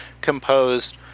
composed